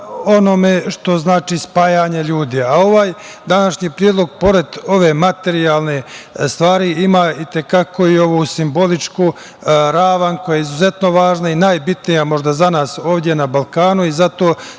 onome što znači spajanje ljudi. Ovaj današnji predlog pored ove materijalne stvari ima i te kako ovu simboličnu ravan koja je izuzetno važna i najbitnija možda za nas ovde na Balkanu i zato